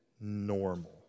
normal